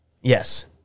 Yes